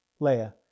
Leia